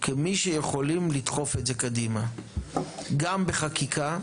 כמי שיכולים לדחוף את זה קדימה גם בחקיקה,